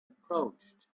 approached